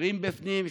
20 בפנים,